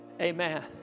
Amen